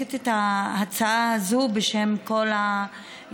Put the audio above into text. מנמקת את ההצעה הזו בשם כל היוזמים,